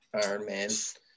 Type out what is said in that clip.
Ironman